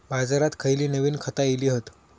बाजारात खयली नवीन खता इली हत?